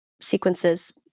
sequences